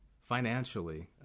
financially